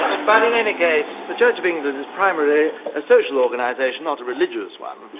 but in any case the church of england is primarily a a social organisation, not a religious one.